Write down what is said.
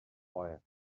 fire